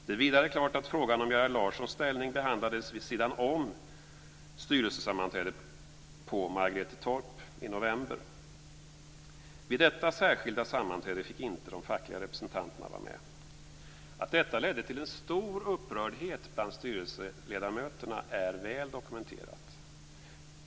Det är vidare klart att frågan om Gerhard Larssons ställning behandlades vid sidan om styrelsesammanträdet på Margretetorp i november. Vid detta särskilda sammanträde fick inte de fackliga representanterna vara med. Att detta ledde till en stor upprördhet bland styrelseledamöterna är väl dokumenterat.